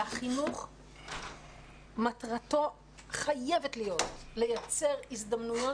החינוך מטרתו חייבת להיות לייצר הזדמנויות